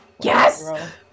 Yes